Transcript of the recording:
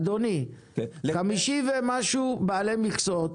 אדוני, 50 ומשהו בעלי מכסות,